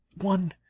One